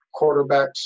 quarterbacks